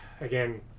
Again